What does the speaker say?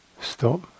stop